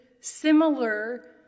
similar